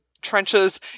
trenches